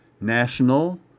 national